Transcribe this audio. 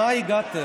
למה הגעתם?